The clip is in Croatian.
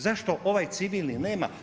Zašto ovaj civilni nema?